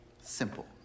Simple